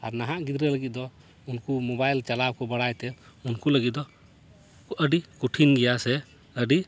ᱟᱨ ᱱᱟᱦᱟᱜ ᱜᱤᱫᱽᱨᱟᱹ ᱞᱟ ᱜᱤᱫ ᱫᱚ ᱩᱱᱠᱩ ᱢᱚᱵᱟᱭᱤᱞ ᱪᱟᱞᱟᱣ ᱠᱚ ᱵᱟᱲᱟᱭ ᱛᱮ ᱩᱱᱠᱩ ᱞᱟ ᱜᱤᱫ ᱫᱚ ᱟ ᱰᱤ ᱠᱚᱴᱷᱤᱱ ᱜᱮᱭᱟ ᱥᱮ ᱟ ᱰᱤ